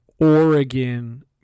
Oregon